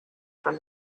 from